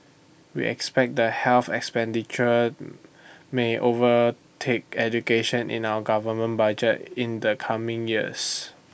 we expect that health expenditure may overtake education in our government budget in the coming years